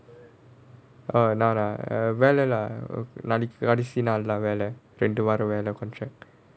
நானா வேலைலாம் கடைசி நாள் தான் வேலை ரெண்டு வாரம் வேலை:naana velailaam kadaisi naal thaan velai rendu vaaram velai contract